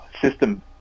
system